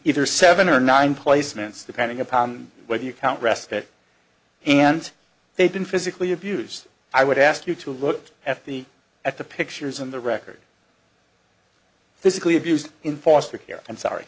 either seven or nine placements depending upon whether you count respite and they've been physically abused i would ask you to look at the at the pictures on the record physically abused in foster care and sorry